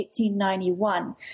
1891